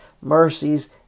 mercies